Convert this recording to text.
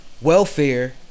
welfare